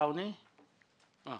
אני